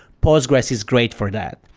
postgres is great for that.